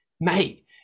mate